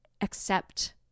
accept